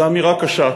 זו אמירה קשה.